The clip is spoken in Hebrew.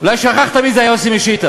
אולי שכחת מי זה היה יוסי משיתא.